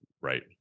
Right